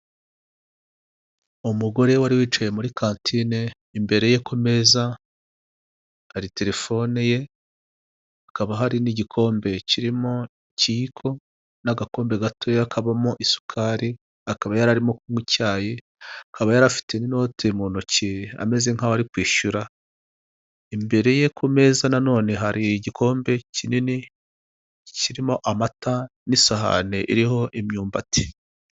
Umugore wari wicaye muri kantine imbere ye ku meza hari terefone ye hakaba hari n'igikombe kirimo kirimo ikiyiko n'agakombe gato kabamo isukari akaba yararimo kunywa icyayi akaba yarafite n'inote mu ntoki ameze nkaho ari kwishyura imbere ye ku meza nanone hari igikombe kinini kirimo kirimo amata n'isahani iriho imyumbati.